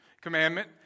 commandment